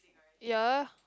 ya